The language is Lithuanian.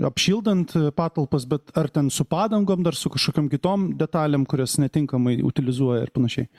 apšildant patalpas bet ar ten su padangom dar su kažkokiom kitom detalėm kurias netinkamai utilizuoja ir panašiai